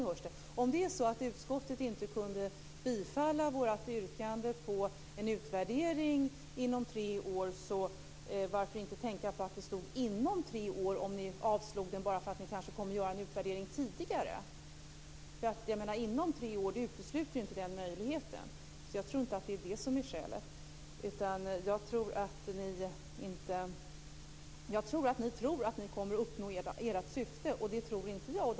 Fru talman! Om utskottet inte kunde tillstyrka vårt yrkande om en utvärdering inom tre år, varför då inte tänka på att det står inom tre år, om det var så att ni avstyrkte det bara för att ni kanske kommer att göra en utvärdering tidigare? Inom tre år utesluter ju inte den möjligheten. Jag tror inte att det är det som är skälet, utan att ni tror att ni kommer att uppnå ert syfte. Det tror inte jag.